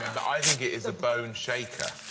and i think it is a boneshaker.